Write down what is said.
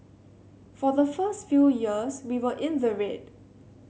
for the first few years we were in the red